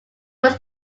was